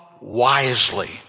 wisely